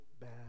bad